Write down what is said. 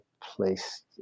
placed